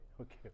okay